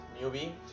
movie